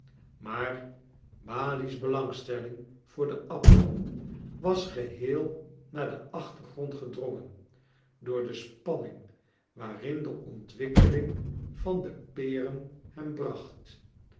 maar balie's belangstelling voor de appelen was geheel naar den achtergrond gedrongen door de spanning waarin de ontwikkeling van de peren hem bracht